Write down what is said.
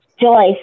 Joyce